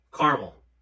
caramel